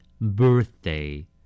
Birthday